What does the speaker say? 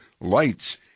lights